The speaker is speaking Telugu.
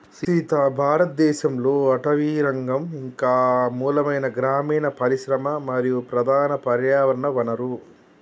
సీత భారతదేసంలో అటవీరంగం ఇంక మూలమైన గ్రామీన పరిశ్రమ మరియు ప్రధాన పర్యావరణ వనరు